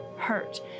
hurt